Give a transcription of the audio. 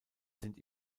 sind